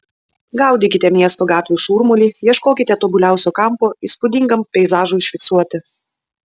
gaudykite miesto gatvių šurmulį ieškokite tobuliausio kampo įspūdingam peizažui užfiksuoti